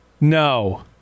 No